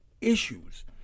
issues